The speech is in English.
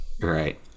Right